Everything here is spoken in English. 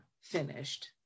finished